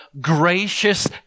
gracious